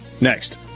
Next